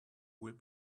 will